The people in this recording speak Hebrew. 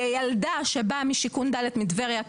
כילדה שבאה משיכון ד' מטבריה,